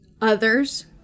others